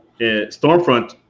Stormfront